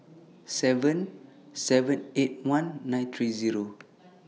seven seven eight one nine three Zero